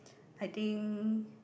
I think